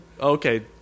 Okay